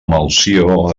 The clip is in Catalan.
melcior